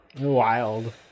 wild